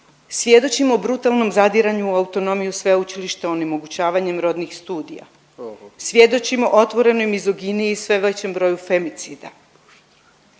Svjedočimo o brutalnom zadiranju u autonomiju sveučilišta onemogućavanjem rodnih studija, svjedočimo otvorenoj mizoginiji i sve većem broju femicida.